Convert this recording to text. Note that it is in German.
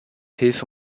hilfe